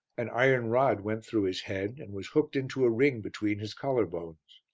an iron rod went through his head, and was hooked into a ring between his collar-bones.